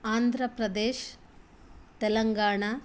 Andhra Pradesh Telangana